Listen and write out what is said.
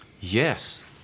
Yes